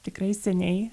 tikrai seniai